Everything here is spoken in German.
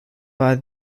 war